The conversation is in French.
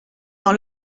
dans